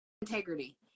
integrity